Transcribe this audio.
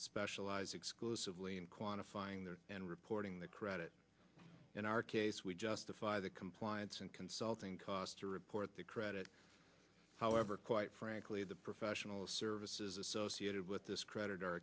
specialize exclusively in quantifying there and reporting the credit in our case we justify the compliance and consulting cost to report the credit however quite frankly the professional services associated with this credit are